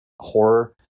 horror